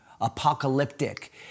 Apocalyptic